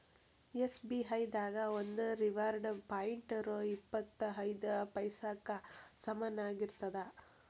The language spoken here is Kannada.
ಎಸ್.ಬಿ.ಐ ದಾಗ ಒಂದು ರಿವಾರ್ಡ್ ಪಾಯಿಂಟ್ ರೊ ಇಪ್ಪತ್ ಐದ ಪೈಸಾಕ್ಕ ಸಮನಾಗಿರ್ತದ